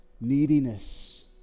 neediness